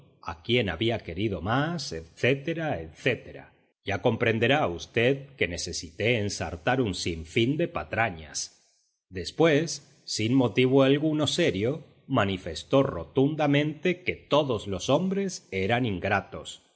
a quién había querido más etc etc ya comprenderá usted que necesité ensartar un sin fin de patrañas después sin motivo alguno serio manifestó rotundamente que todos los hombres eran ingratos